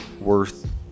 worth